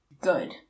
good